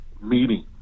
meeting